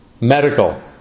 medical